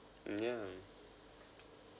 yeah